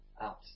out